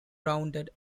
rounded